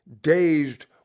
dazed